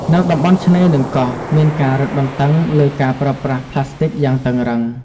នៅតំបន់ឆ្នេរនិងកោះ មានការរឹតបន្តឹងលើការប្រើប្រាស់ប្លាស្ទិកយ៉ាងតឹងរ៉ឹង។